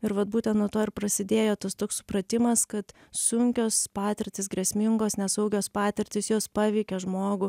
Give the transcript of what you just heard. ir vat būtent nuo to ir prasidėjo tas toks supratimas kad sunkios patirtys grėsmingos nesaugios patirtys jos paveikia žmogų